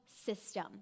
system